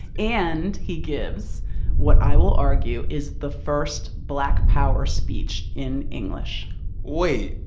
and he gives what i will argue is the first black power speech in english wait.